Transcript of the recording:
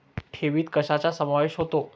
ठेवीत कशाचा समावेश होतो?